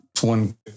One